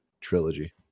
trilogy